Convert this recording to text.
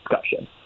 discussion